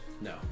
No